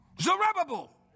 Zerubbabel